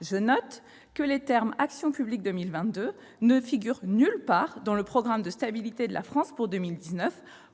Je note que les termes « Action publique 2022 » ne figurent nulle part dans le programme de stabilité de la France pour 2019,